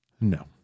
No